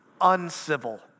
uncivil